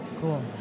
Cool